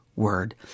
word